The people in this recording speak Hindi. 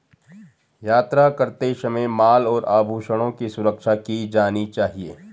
यात्रा करते समय माल और आभूषणों की सुरक्षा की जानी चाहिए